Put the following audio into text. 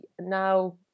now